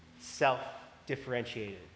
Self-differentiated